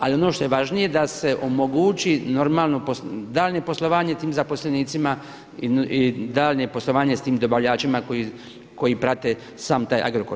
Ali ono što je važnije da se omogući normalno daljnje poslovanje tim zaposlenicima i daljnje poslovanje sa tim dobavljačima koji prate sam taj Agrokor.